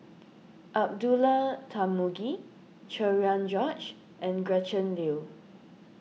Abdullah Tarmugi Cherian George and Gretchen Liu